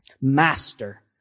master